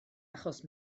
achos